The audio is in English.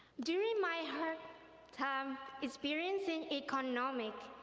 during my hard time experiencing economic,